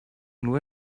nur